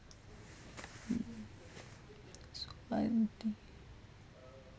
mm fund thing